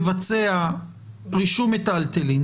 ובכל עיקול מיטלטלין